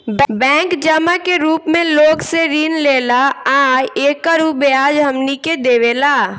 bank जमा के रूप मे लोग से ऋण लेला आ एकर उ ब्याज हमनी के देवेला